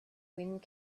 wind